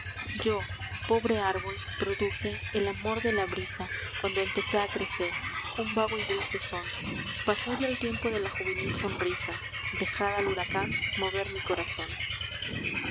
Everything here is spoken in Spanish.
yo pobre árbol produje al amor de la brisa cuando empecé a crecer un vago y dulce son pasó ya el tiempo de la juvenil sonrisa dejad al huracán mover mi corazón